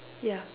ya